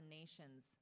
nations